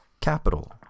capital